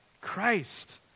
Christ